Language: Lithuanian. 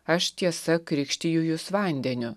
aš tiesa krikštiju jus vandeniu